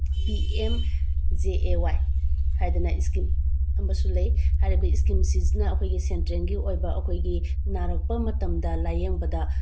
P M J A Y ꯍꯥꯏꯗꯅ ꯏꯁꯀꯤꯝ ꯑꯝꯁꯨ ꯂꯩ ꯍꯥꯏꯔꯤꯕ ꯏꯁꯀꯤꯝꯁꯤꯡꯁꯤꯅ ꯑꯩꯈꯣꯏꯒꯤ ꯁꯦꯟꯇ꯭ꯔꯦꯜꯒꯤ ꯑꯣꯏꯕ ꯑꯩꯈꯣꯏꯒꯤ ꯅꯥꯔꯛꯄ ꯃꯇꯝꯗ ꯂꯥꯏꯌꯦꯡꯕꯗ